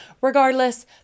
regardless